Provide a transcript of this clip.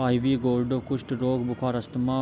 ivy gourd कुष्ठ रोग, बुखार, अस्थमा,